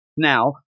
now